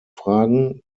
fragen